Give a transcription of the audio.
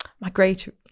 migration